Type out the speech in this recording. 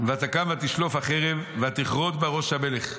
ותקום ותשלוף את החרב ותכרות בה ראש המלך.